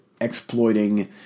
exploiting